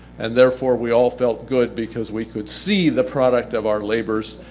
and therefore we all felt good because we could see the product of our labors.